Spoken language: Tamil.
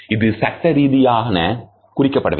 இது சட்ட ரீதியான குறிக்கப்படவில்லை